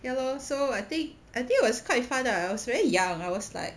ya lor so I think I think it was quite fun ah I was very young I was like